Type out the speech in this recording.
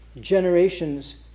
generations